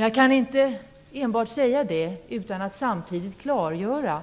Jag kan dock inte enbart säga det utan att samtidigt klargöra